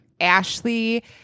Ashley